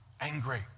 angry